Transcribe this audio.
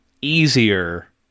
easier